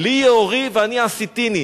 "לי יאֹרי ואני עשיתִני".